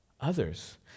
others